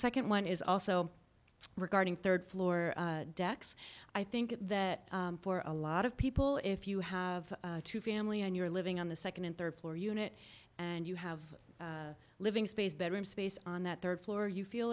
second one is also regarding third floor decks i think that for a lot of people if you have two family and you're living on the second and third floor unit and you have a living space that room space on that third floor you feel